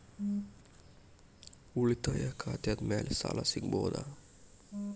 ಉಳಿತಾಯ ಖಾತೆದ ಮ್ಯಾಲೆ ಸಾಲ ಸಿಗಬಹುದಾ?